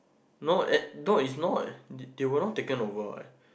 no at no it's not they will no taken over what